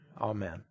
amen